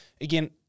Again